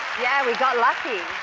yeah, we got lucky.